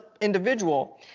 individual